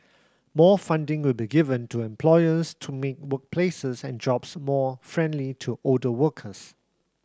more funding will be given to employers to make workplaces and jobs more friendly to older workers